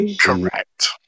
Correct